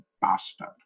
bastard